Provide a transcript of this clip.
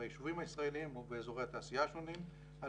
ביישובים הישראליים ובאזורי התעשייה השונים על